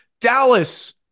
Dallas